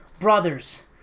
Brothers